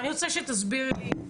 רוצה שתסבירי לי.